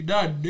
Dad